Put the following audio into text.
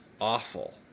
awful